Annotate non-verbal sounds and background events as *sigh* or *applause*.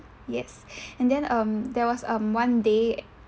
yes *breath* and then um there was um one day